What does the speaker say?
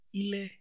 ile